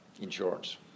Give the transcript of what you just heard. insurance